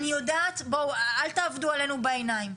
אני יודעת, בואו, אל תעבדו עלינו בעיניים.